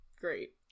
great